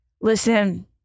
Listen